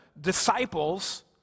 disciples